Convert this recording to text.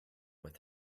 with